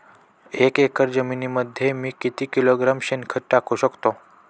एक एकर जमिनीमध्ये मी किती किलोग्रॅम शेणखत टाकू शकतो?